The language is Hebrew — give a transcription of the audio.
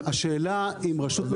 פתאום.